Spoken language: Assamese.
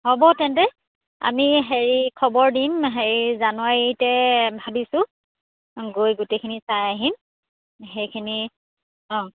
হ'ব তেন্তে আমি হেৰি খবৰ দিম হেৰি জানুৱাৰীতে ভাবিছোঁ গৈ গোটেইখিনি চাই আহিম সেইখিনি অঁ